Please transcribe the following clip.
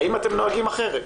האם אתם נוהגים אחרת?